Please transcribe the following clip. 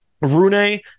Rune